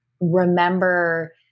remember